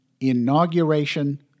inauguration